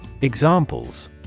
Examples